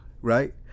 right